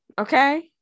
Okay